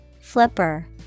Flipper